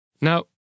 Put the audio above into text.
Now